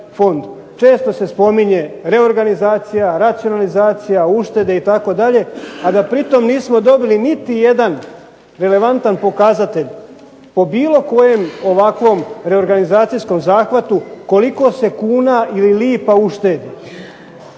često se spominje reorganizacija, racionalizacija, uštede itd., a da pri tome nismo dobili niti jedan relevantan pokazatelj po bilo kojem ovakvom reorganizacijskom zahvatu koliko se kuna ili lipa uštedi.